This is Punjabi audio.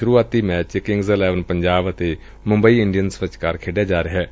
ਸੂਰੁਆਤੀ ਮੈਚ ਕਿੰਗਜ਼ ਇਲੈਵਨ ਪੰਜਾਬ ਅਤੇ ਮੂੰਬਈ ਇੰਡੀਅਨ ਵਿਚਕਾਰ ਖੇਡਿਆ ਜਾ ਰਿਹੈ